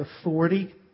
authority